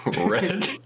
Red